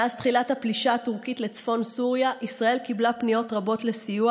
מאז תחילת הפלישה הטורקית לצפון סוריה ישראל קיבלה פניות רבות לסיוע,